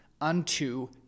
unto